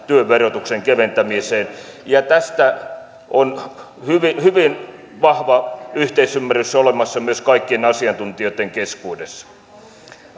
työn verotuksen keventämiseen ja tästä on hyvin hyvin vahva yhteisymmärrys olemassa myös kaikkien asiantuntijoitten keskuudessa